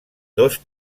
dos